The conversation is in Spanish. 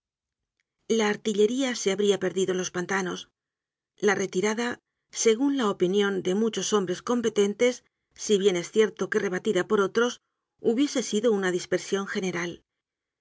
la artillería se ha bria perdido en los pantanos la retirada segun la opinion de muchos hombres competentes si bien es cierto que rebatida por otros hubiese sido una dispersion general